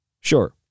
Sure